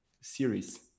series